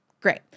Great